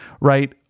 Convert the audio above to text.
right